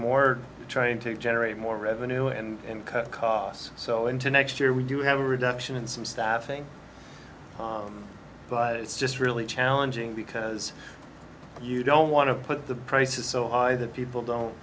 more trying to generate more revenue and cut costs so into next year we do have a reduction in some staffing but it's just really challenging because you don't want to put the prices so high that people don't